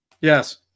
Yes